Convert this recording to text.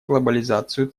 глобализацию